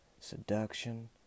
Seduction